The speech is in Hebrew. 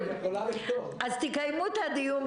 לתוך המסגרות,